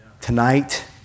Tonight